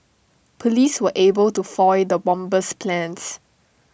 Police were able to foil the bomber's plans